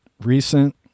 recent